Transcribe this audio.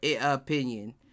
opinion